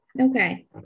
okay